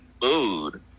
food